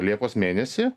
liepos mėnesį